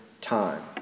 time